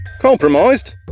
Compromised